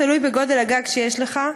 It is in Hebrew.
תלוי בגודל הגג שיש לך.